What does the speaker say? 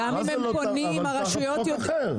תחת חוק אחר.